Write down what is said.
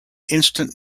instant